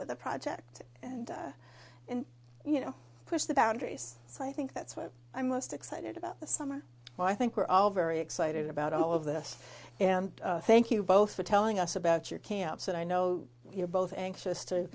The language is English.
with a project and you know push the boundaries so i think that's what i'm most excited about the summer well i think we're all very excited about all of this and thank you both for telling us about your camps and i know you're both anxious to